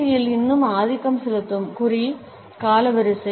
சியில் இன்னும் ஆதிக்கம் செலுத்தும் குறி காலவரிசை